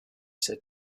said